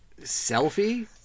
Selfie